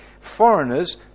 foreigners